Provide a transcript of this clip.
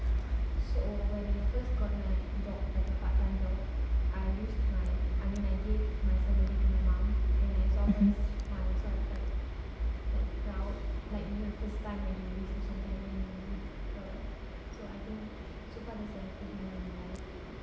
mmhmm